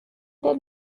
der